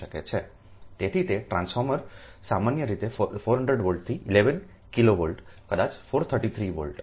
તેથી તે ટ્રાન્સફોર્મર સામાન્ય રીતે 400V થી 11 kV કદાચ 433 V